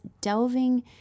delving